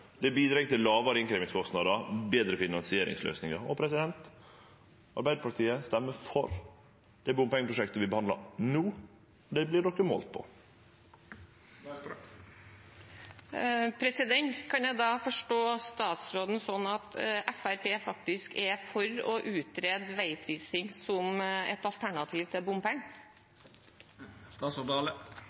Det bidreg til lågare innkrevjingskostnader og betre finansieringsløysingar. Og Arbeidarpartiet stemmer for det bompengeprosjektet vi behandlar no. Det vert dei målte på. Kan jeg da forstå statsråden sånn at Fremskrittspartiet faktisk er for å utrede veiprising som et alternativ til bompenger? Ein kan forstå det sånn at ein statsråd